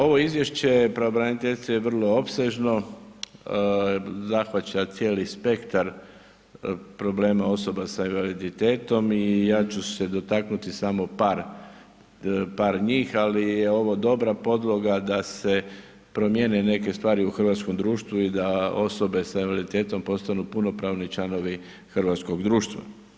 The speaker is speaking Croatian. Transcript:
Ovo izvješće pravobraniteljice je vrlo opsežno, zahvaća cijeli spektar problema osoba sa invaliditetom i ja ću se dotaknuti samo par njih ali je ovo dobra podloga da se promijene neke stvari u hrvatskom društvu i da osobe sa invaliditetom postanu punopravni članovi hrvatskog društva.